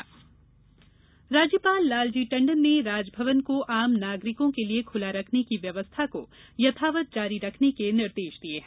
राजभवन अवलोकन मध्यप्रदेश के राज्यपाल लालजी टंडन ने राजभवन को आम नागरिकों के लिए खुला रखने की व्यवस्था को यथावत जारी रखने के निर्देश दिये हैं